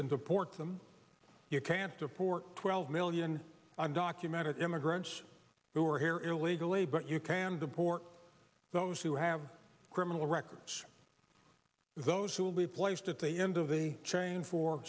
and deport them you can't deport twelve million undocumented immigrants who are here illegally but you can deport those who have criminal records those who will be placed at the end of the chain for